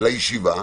לישיבה,